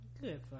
good